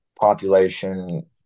population